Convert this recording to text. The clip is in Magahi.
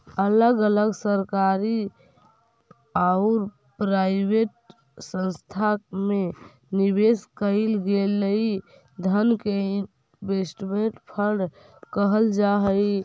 अलग अलग सरकारी औउर प्राइवेट संस्थान में निवेश कईल गेलई धन के इन्वेस्टमेंट फंड कहल जा हई